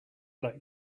like